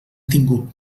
tingut